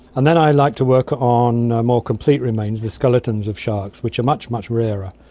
and then i like to work on more complete remains, the skeletons of sharks, which are much, much rarer,